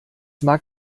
mag